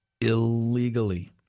illegally